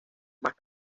más